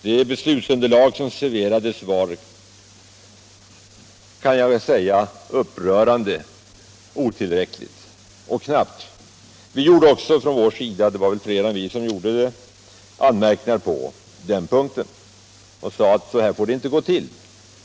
Det beslutsunderlag som serverades var, kan jag väl säga, upprörande otillräckligt och knappt. Vi gjorde också — det var väl fler än vi som gjorde det — anmärkningar på den punkten och sade att så här får det inte gå till.